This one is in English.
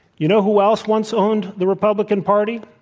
you know who else once owned the republican party?